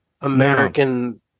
American